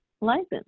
license